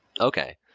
Okay